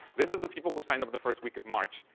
this is the people who signed up the first week of march.